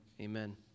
Amen